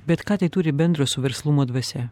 bet ką tai turi bendro su verslumo dvasia